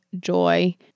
joy